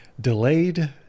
delayed